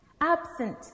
Absent